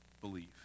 believe